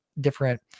different